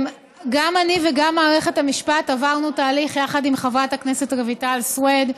גם אני וגם מערכת המשפט עברנו תהליך יחד עם חברת הכנסת רויטל סויד.